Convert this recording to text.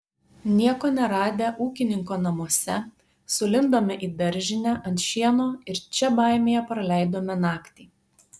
nieko neradę ūkininko namuose sulindome į daržinę ant šieno ir čia baimėje praleidome naktį